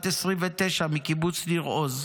בת 29 מקיבוץ ניר עוז,